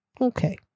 Okay